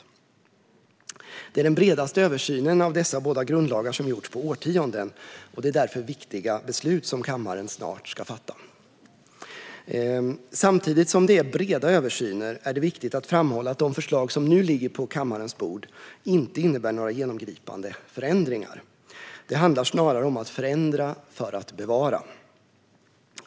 Det här är de bredaste översynerna av dessa båda grundlagar som har gjorts på årtionden. Det är därför viktiga beslut som kammaren snart ska fatta. Samtidigt som det är breda översyner är det viktigt att framhålla att de förslag som nu ligger på kammarens bord inte innebär några genomgripande förändringar. Det handlar snarare om att förändra för att bevara.